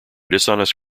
dishonest